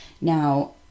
Now